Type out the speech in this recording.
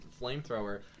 flamethrower